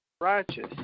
righteous